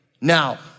Now